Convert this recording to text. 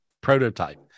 prototype